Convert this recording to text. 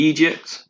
Egypt